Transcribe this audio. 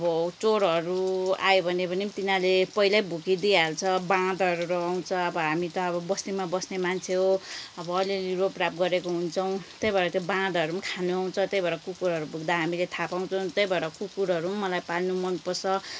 अब चोरहरू आयो भने पनि तिनीहरूले पहिल्यै भुकिदिई हाल्छ बाँदरहरू आउँछ अब हामी त अब बस्तीमा बस्ने मान्छे हो अब अलिअलि रोपराप गरेको हुन्छौँ त्यही भएर त्यो बाँदरहरू पनि खानु आउँछ त्यही भएर कुकुरहरू भुक्दा हामीले थाहा पाउँछौँ त्यही भएर कुकुरहरू पनि मलाई पाल्नु मनपर्छ